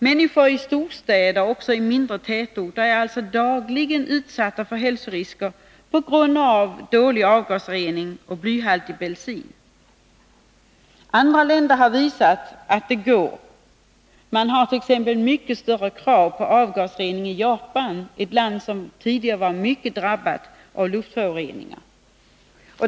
Människor i storstäder och också i mindre tätorter är dagligen utsatta för hälsorisker på grund av dålig avgasrening och blyhaltig bensin. Andra länder har visat att det går att minska riskerna. Man hart.ex. mycket större krav på avgasrening i Japan, ett land som tidigare var mycket hårt drabbat av luftföroreningar.